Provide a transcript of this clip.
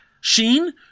Sheen